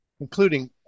including